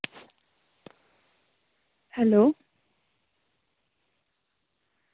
hello